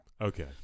Okay